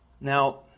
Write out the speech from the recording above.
now